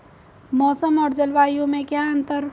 मौसम और जलवायु में क्या अंतर?